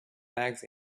bags